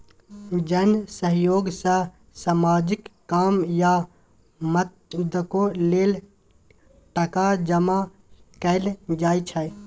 जन सहयोग सँ सामाजिक काम या मदतो लेल टका जमा कएल जाइ छै